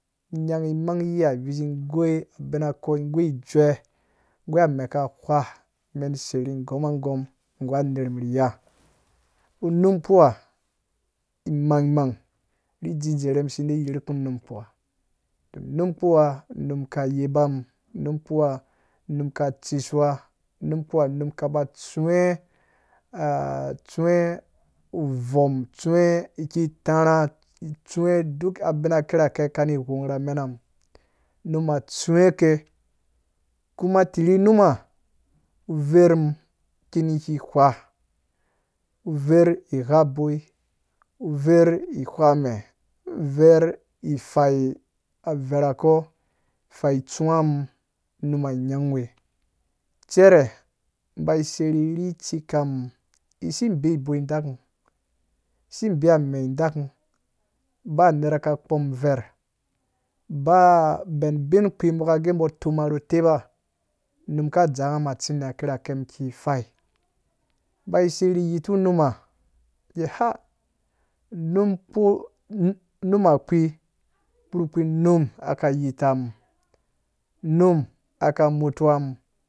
Nyanghi mangyiha vizi goi abina kɔɔ goi jue goi a mɛɛka ghwa men sei ri goma gom gu aner mum ni ya unum kpuwa mangmang ri dzi dzerhemi si dai yerkum num kpuwa to num kpuwa num ka yepa mum num kpuwa num keishuwa num kpuwa num kaba tsuwe eh uvom tsuwe ki tarha tsuwe duk abina kirake ka ni ghwong mum na mena mum numa atsuwe ke kuma tirhi numa uver mum kinigwigwa uver ughaboi over ighwa mee over i fai a vera kɔɔ fai tsuwa mum num a nyanghe we cere bai sei ni rhi tsekan musi beyi boi dakum si beya a mɛɛ dak kum ba nera ka kpom ver ba ben binkpi bok ge bo toma ru teba num ka dzaa ngha mun atsini kirake miki fai bai sei ri yitu numa ge ha num kpu numa kpi num ka motuwa mum.